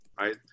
Right